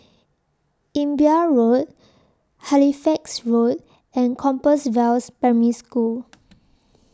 Imbiah Road Halifax Road and Compass Vales Primary School